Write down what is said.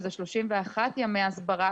שזה 31 ימי הסברה,